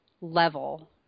level